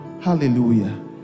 hallelujah